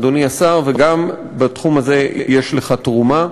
אדוני השר, וגם בתחום הזה יש לך תרומה,